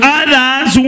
others